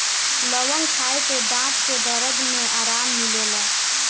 लवंग खाए से दांत के दरद में आराम मिलेला